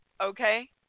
Okay